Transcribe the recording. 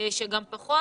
שבהם זה גם פחות.